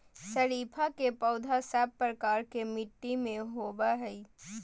शरीफा के पौधा सब प्रकार के मिट्टी में होवअ हई